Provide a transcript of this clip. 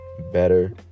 better